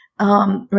right